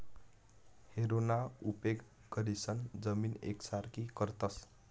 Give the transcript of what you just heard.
हॅरोना उपेग करीसन जमीन येकसारखी करतस